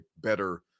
better